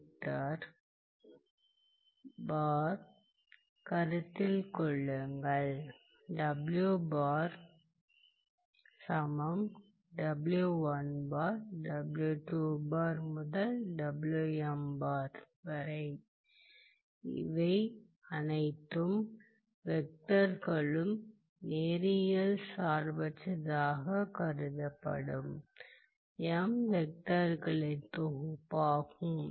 வெக்டர்களைக் கருத்தில் கொள்ளுங்கள் இது அனைத்து வெக்டர்களும் நேரியல் சார்பற்றதாக கருதப்படும் m வெக்டர்களின் தொகுப்பாகும்